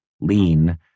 lean